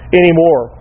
anymore